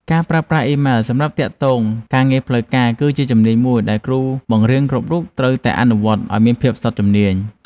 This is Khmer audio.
ការប្រើប្រាស់អ៊ីមែលសម្រាប់ការទាក់ទងការងារផ្លូវការគឺជាជំនាញមួយដែលគ្រូបង្រៀនគ្រប់រូបត្រូវតែអនុវត្តឱ្យមានភាពស្ទាត់ជំនាញ។